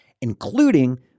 including